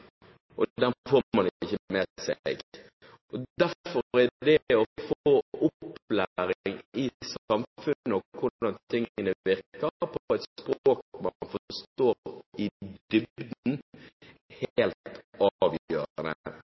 og dem får man ikke med seg. Derfor er det å få opplæring i samfunn, og hvordan tingene virker, på et språk man forstår i dybden, helt avgjørende for at dette skal være reell opplæring i